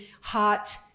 hot